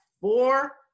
four